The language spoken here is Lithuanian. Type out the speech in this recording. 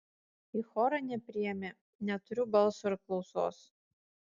į chorą nepriėmė neturiu balso ir klausos